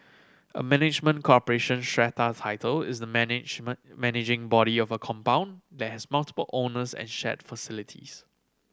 a management corporation strata title is the management managing body of a compound that has multiple owners and shared facilities